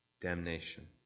damnation